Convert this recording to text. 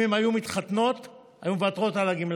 אם הן היו מתחתנות, הן היו מוותרות על הגמלה.